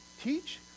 teach